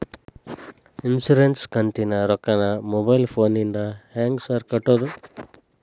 Insurance ಕಂತಿನ ರೊಕ್ಕನಾ mobile ಫೋನಿಂದ ಹೆಂಗ್ ಸಾರ್ ಕಟ್ಟದು?